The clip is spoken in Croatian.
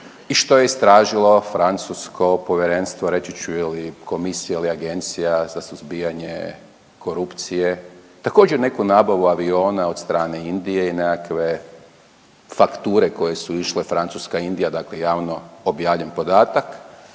i što je istražilo francusko povjerenstvo reći ću ili komisija ili agencija za suzbijanje korupcije također neku nabavu aviona od strane Indije i nekakve fakture koje su išle Francuska – Indija dakle javno objavljen podatak,